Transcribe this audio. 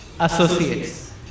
associates